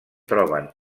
troben